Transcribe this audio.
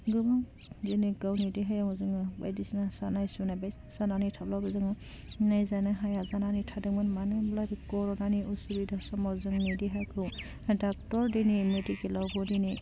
गोबां दिनै गावनि देहायाव जोङो बायदिसिना सानाय सुनाय बे जानानै थाब्लाबो जोङो नायजानो हाया जानानै थादोंमोन मानो होमब्ला बि कर'नानि उसुबिदा समाव जोंनि देहाखौ डाक्टर दिनै मेडिकेलावबो दिनै